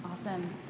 Awesome